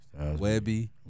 Webby